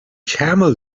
camel